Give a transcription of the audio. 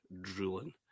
drooling